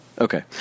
Okay